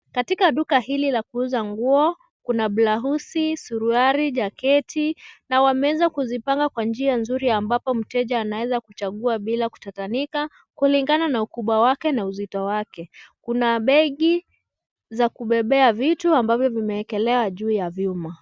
Katika duka hili la kuuza nguo kuna blausi, suruali, jaketi na wameweza kuzipanga kwa njia nzuri ambapo mteja anaweza kuchagua bila kutatanika kulingana na ukubwa wake na uzito wake. Kuna begi za kubebea vitu ambavyo vimewekelewa juu ya vyuma.